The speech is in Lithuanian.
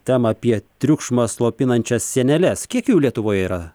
temą apie triukšmą slopinančias sieneles kiek jų lietuvoj yra